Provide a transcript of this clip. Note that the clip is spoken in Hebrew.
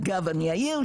אגב אני יעיר,